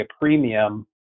premium